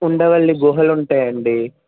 ఉండవల్లి గుహలు ఉంటాయండి